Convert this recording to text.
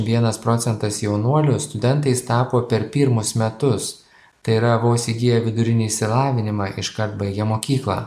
vienas procentas jaunuolių studentais tapo per pirmus metus tai yra vos įgiję vidurinį išsilavinimą iškart baigę mokyklą